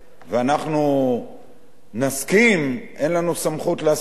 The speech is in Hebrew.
ואנחנו נסכים, אין לנו סמכות לעשות את זה.